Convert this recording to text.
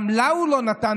גם לה הוא לא נתן,